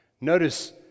notice